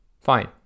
fine